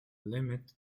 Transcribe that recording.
limit